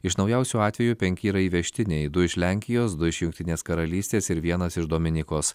iš naujausių atvejų penki yra įvežtiniai du iš lenkijos du iš jungtinės karalystės ir vienas iš dominikos